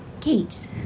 Kate